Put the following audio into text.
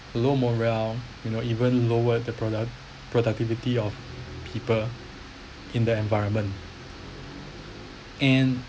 low morale you know even lower the product productivity of people in that environment and